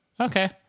Okay